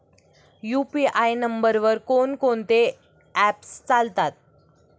UPI नंबरवर कोण कोणते ऍप्स चालतात?